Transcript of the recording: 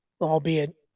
albeit